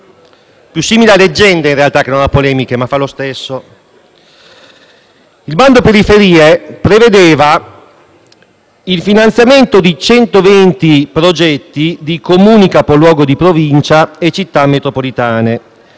(in realtà, leggende più che polemiche, ma è lo stesso). Il bando periferie prevedeva il finanziamento di 120 progetti di Comuni capoluogo di Provincia e Città metropolitane.